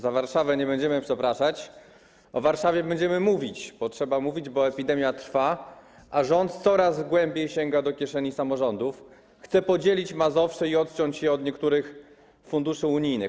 Za Warszawę nie będziemy przepraszać, o Warszawie będziemy mówić, bo trzeba mówić, ponieważ epidemia trwa, a rząd coraz głębiej sięga do kieszeni samorządów, chce podzielić Mazowsze i odciąć je od niektórych funduszy unijnych.